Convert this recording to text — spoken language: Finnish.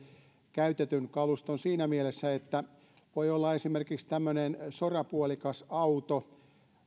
käytetyn kaluston siinä mielessä että voi olla esimerkiksi tämmöinen sorapuolikasauto